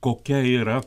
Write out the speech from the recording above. kokia yra